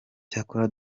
cyakora